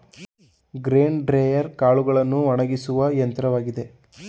grain dryer ಕಾಳುಗಳನ್ನು ಒಣಗಿಸುವ ಯಂತ್ರವಾಗಿದೆ